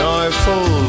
Joyful